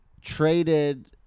traded